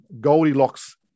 goldilocks